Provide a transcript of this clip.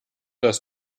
dass